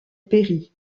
péri